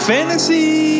Fantasy